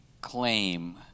claim